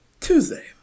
Tuesday